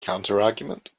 counterargument